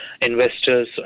investors